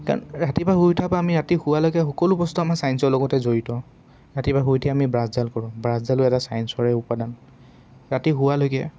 কাৰণ ৰাতিপুৱা শুই উঠাৰপৰা আমি ৰাতি শুৱালৈকে সকলো বস্তু আমাৰ চায়েন্সৰ লগতে জড়িত ৰাতিপুৱা শুই উঠি আমি ব্ৰাছডাল কৰোঁ ব্ৰাছডালো এটা চায়েন্সৰে উপাদান ৰাতি শোৱালৈকে